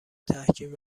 تحکیم